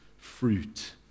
fruit